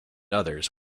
others